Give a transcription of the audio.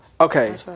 Okay